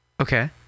Okay